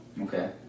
Okay